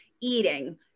eating